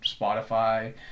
Spotify